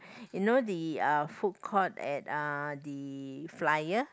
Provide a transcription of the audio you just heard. you know the uh food court at uh the flyer